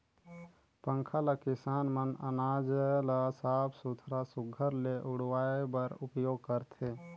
पंखा ल किसान मन अनाज ल साफ सुथरा सुग्घर ले उड़वाए बर उपियोग करथे